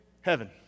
heaven